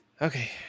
Okay